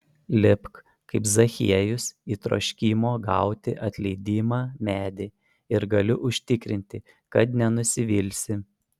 lipk kaip zachiejus į troškimo gauti atleidimą medį ir galiu užtikrinti kad nenusivilsi